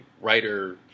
writer